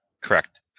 Correct